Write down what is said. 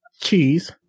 cheese